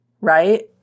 right